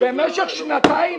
במשך שנתיים